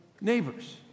neighbors